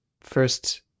first